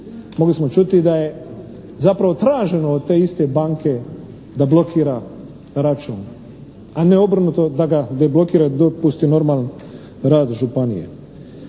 mogli smo čuti da je zapravo traženo od te iste banke da blokira račun, a ne obrnuto da ga deblokira i dopusti normalan rad županije.